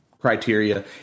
criteria